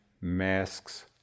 masks